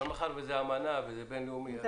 אבל זה אמנה וזה בין-לאומי.